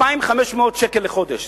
2,500 שקל לחודש,